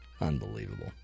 Unbelievable